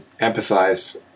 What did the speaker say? empathize